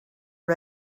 are